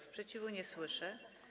Sprzeciwu nie słyszę.